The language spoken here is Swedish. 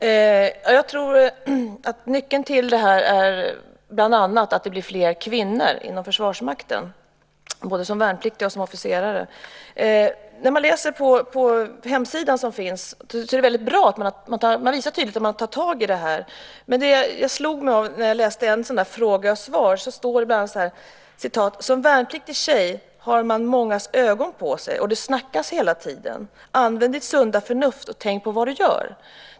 Fru talman! Jag tror att nyckeln till det här bland annat är att det blir fler kvinnor inom Försvarsmakten, både som värnpliktiga och som officerare. När man läser på hemsidan är det väldigt bra att man tydligt visar att man tar tag i det här. Men en sak slog mig när jag läste en sådan där "fråga-svar". Det stod: "Som värnpliktig tjej har man mångas ögon på sig och det snackas hela tiden. Använd ditt sunda förnuft och tänk på vad du gör."